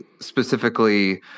specifically